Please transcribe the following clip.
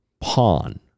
pawn